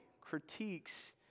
critiques